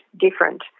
different